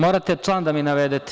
Morate član da mi navedete.